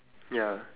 ya